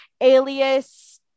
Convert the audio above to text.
alias